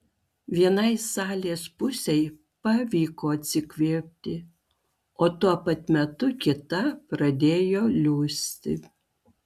vienai salės pusei pavyko atsikvėpti o tuo pat metu kita pradėjo liūsti